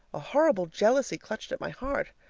a horrible jealousy clutched at my heart.